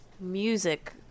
music